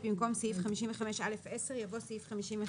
במקום "סעיף 55א10" יבוא "55א10(א)";